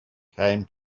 came